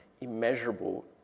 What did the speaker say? immeasurable